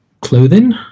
clothing